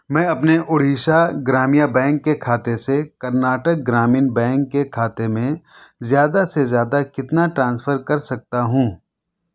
میں اپنے اڑیشہ گرامیہ بینک کے خاتے سے کرناٹک گرامین بینک کے خاتے میں زیادہ سے زیادہ کتنا ٹرانسفر کر سکتا ہوں